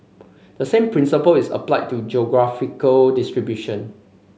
the same principle is applied to geographical distribution